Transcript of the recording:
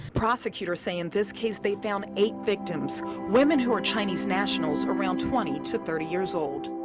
prosecutors say in this case they found eight victims, women who are chinese nationals around twenty to thirty years old.